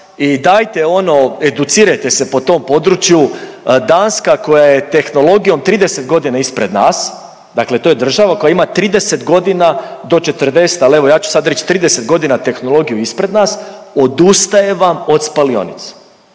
I dajte, ono educirajte se po tom području. Danska koja je tehnologijom 30 godina ispred nas, dakle to je država koja ima 30 godina do 40, ali evo ja ću sad reći 30 godina tehnologiju ispred nas, odustaje vam od spalionica.